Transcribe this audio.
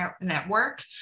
Network